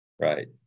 Right